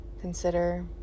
consider